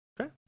okay